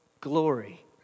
Glory